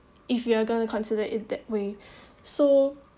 if you are going to consider it that way so